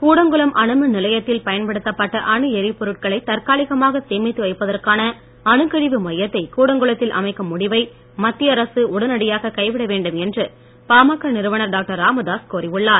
கூடங்குளம் அணுமின்நிலையத்தில் பயன்படுத்தப்பட்ட அணு எரிபொருட்களை தற்காலிகமாக சேமித்து வைப்பதற்கான அணுக்கழிவு மையத்தை கூடங்குளத்தில் அமைக்கும் முடிவை மத்திய அரசு உடனடியாக கைவிட வேண்டும் என்று பாமக நிறுவனர் டாக்டர் ராமதாஸ் கோரியுள்ளார்